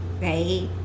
right